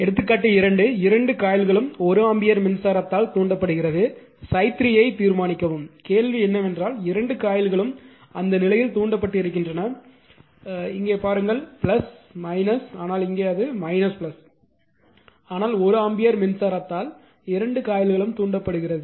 எடுத்துக்காட்டு 2 இரண்டு காயில்களும் 1 ஆம்பியர் மின்சாரத்தால் ஆல் தூண்டப்படுகிறது ∅ 3 ஐ தீர்மானிக்கவும் கேள்வி என்னவென்றால் இரண்டு காயில்களும் அந்த நிலையில் தூண்டப்பட்டு இருக்கின்றன இங்கே பாருங்கள் ஆனால் இங்கே அது ஆனால் 1 ஆம்பியர் மின்சாரத்தால் ஆல் இரண்டு காயில்களும் தூண்டப்படுகிறது